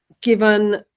given